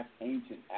ancient